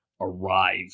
arrive